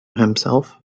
himself